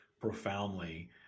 profoundly